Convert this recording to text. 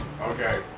Okay